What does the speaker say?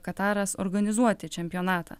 kataras organizuoti čempionatą